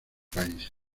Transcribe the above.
país